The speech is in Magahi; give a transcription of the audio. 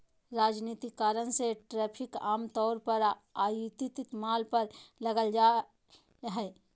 राजनीतिक कारण से टैरिफ आम तौर पर आयातित माल पर लगाल जा हइ